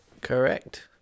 correct